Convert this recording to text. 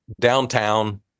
downtown